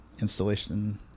installation